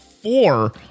four